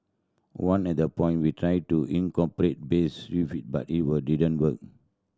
one at the point we tried to incorporate bass riff but it didn't work